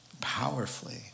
powerfully